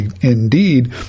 indeed